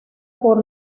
por